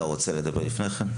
אתה רוצה לדבר לפני כן?